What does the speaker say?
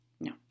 No